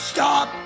Stop